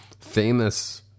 famous